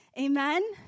Amen